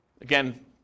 Again